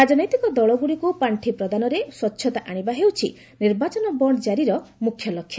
ରାଜନୈତିକ ଦଳଗୁଡ଼ିକୁ ପାଣ୍ଠି ପ୍ରଦାନରେ ସ୍ୱଚ୍ଚତା ଆଣିବା ହେଉଛି ନିର୍ବାଚନ ବଣ୍ଣ୍ ଜାରିର ମୁଖ୍ୟ ଲକ୍ଷ୍ୟ